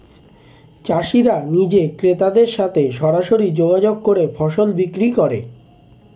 চাষিরা নিজে ক্রেতাদের সাথে সরাসরি যোগাযোগ করে ফসল বিক্রি করে